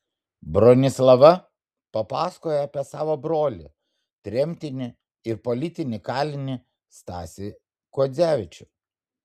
bronislava papasakojo apie savo brolį tremtinį ir politinį kalinį stasį kuodzevičių